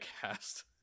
cast